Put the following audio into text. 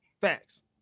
Facts